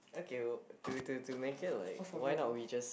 okay well to to to make it like why not we just